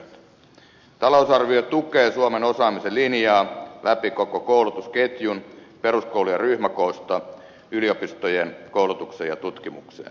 talousarvio tukee suomen osaaminen linjaa läpi koko koulutusketjun peruskoulujen ryhmäkoosta yliopistojen koulutukseen ja tutkimukseen